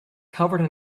covered